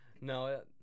No